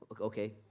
Okay